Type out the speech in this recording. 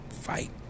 fight